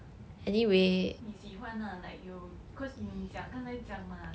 你喜欢 lah like 有 because 你讲刚才讲 mah